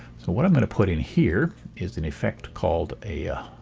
so what i'm going to put in here is in effect called a